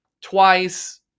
twice